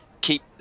keep